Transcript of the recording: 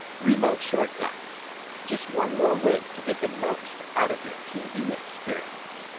remote shortcuts just one more way to get the most out of your tv experience.